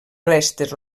restes